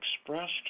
expressed